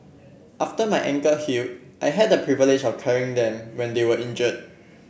after my ankle healed I had the privilege of carrying them when they were injured